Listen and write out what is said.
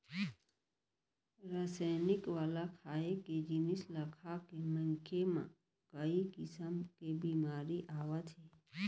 रसइनिक वाला खाए के जिनिस ल खाके मनखे म कइ किसम के बेमारी आवत हे